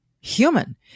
human